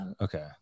Okay